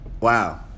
Wow